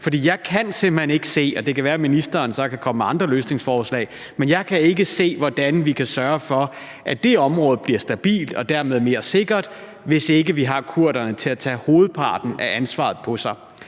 jeg kan ikke se, hvordan vi kan sørge for, at det område bliver stabilt og dermed mere sikkert, hvis ikke vi har